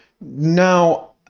Now